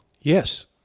Yes